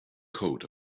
coat